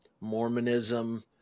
Mormonism